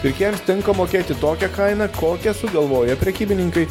pirkėjams tenka mokėti tokią kainą kokią sugalvoja prekybininkai